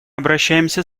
обращаемся